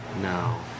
no